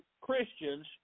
Christians